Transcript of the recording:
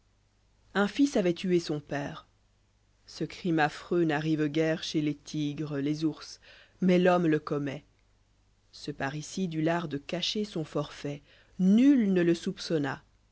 k fils avoit tué son père ce crime affreux n'arrive guère chez les tigres les ours mais l'homme le commet ce parricide eut l'art de cacher son forfait nul ne le soupçonna